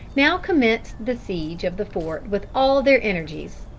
now commenced the siege of the fort with all their energies.